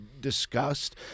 discussed